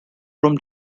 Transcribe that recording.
from